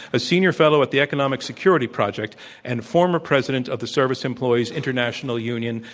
a senior fellow at the economic security project and former president of the service employees international union.